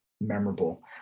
memorable